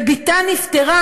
ובתה נפטרה,